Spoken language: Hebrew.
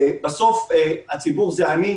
בסוף הציבור זה אני,